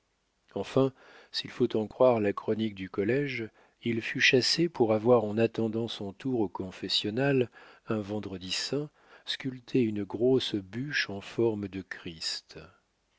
enfin s'il faut en croire la chronique du collége il fut chassé pour avoir en attendant son tour au confessionnal un vendredi saint sculpté une grosse bûche en forme de christ